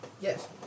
Yes